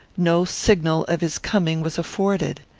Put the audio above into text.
no signal of his coming was afforded.